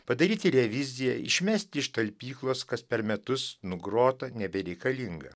padaryti reviziją išmesti iš talpyklos kas per metus nugrota nebereikalinga